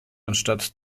anstatt